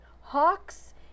hawks